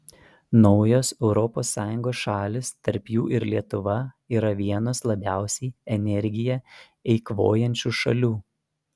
naujos europos sąjungos šalys tarp jų ir lietuva yra vienos labiausiai energiją eikvojančių šalių